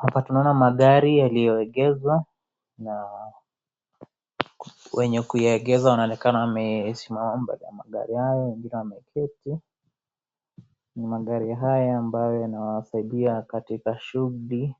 Hapa tunaona magari yaliyoegezwa, na wenye kuyaegeza wanaonekana wamesimama mbele ya magari haya wengine wameketi. Ni magari haya ambayo yanawasaidia katika shughuli